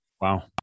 Wow